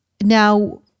Now